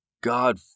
God